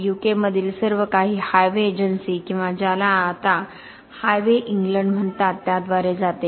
UK मध्ये सर्व काही हायवे एजन्सी किंवा ज्याला आता हायवे इंग्लंड म्हणतात त्याद्वारे जाते